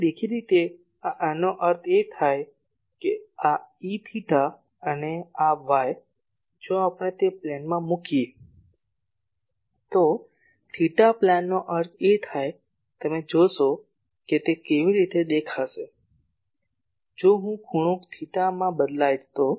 તેથી દેખીતી રીતે આ આનો અર્થ એ કે આ E𝜃 અને આ y જો આપણે તે પ્લેનમાં મૂકીએ તો થેટા પ્લેનનો અર્થ છે કે તમે જોશો કે તે કેવી રીતે દેખાશે જો હું ખૂણો થીટામાં બદલાય તો